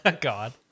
God